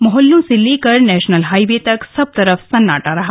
मोहल्लों से लेकर नेशनल हाईवे तक सब तरफ सन्नाटा रहा